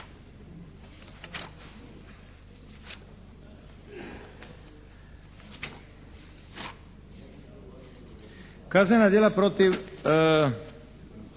Hvala vam